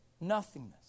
nothingness